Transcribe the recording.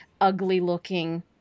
ugly-looking